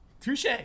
Touche